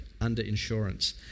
under-insurance